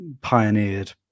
pioneered